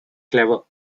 clever